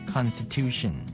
Constitution